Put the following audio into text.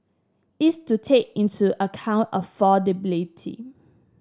is to take into account affordability